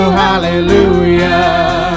hallelujah